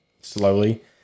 slowly